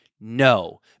no